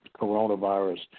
coronavirus